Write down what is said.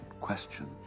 question